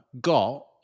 got